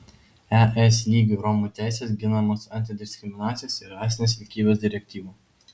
es lygiu romų teisės ginamos antidiskriminacijos ir rasinės lygybės direktyvų